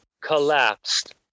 collapsed